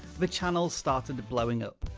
the channel started blowing up.